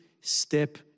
step